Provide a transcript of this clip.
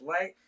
light